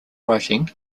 writing